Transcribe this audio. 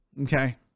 Okay